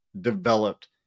developed